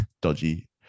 dodgy